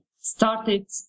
started